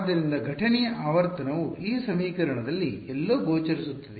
ಆದ್ದರಿಂದ ಘಟನೆಯ ಆವರ್ತನವು ಈ ಸಮೀಕರಣದಲ್ಲಿ ಎಲ್ಲೋ ಗೋಚರಿಸುತ್ತಿದೆ